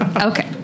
Okay